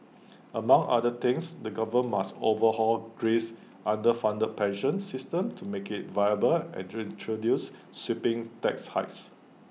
among other things the government must overhaul Greece's underfunded pension system to make IT viable and introduce sweeping tax hikes